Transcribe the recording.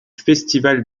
festival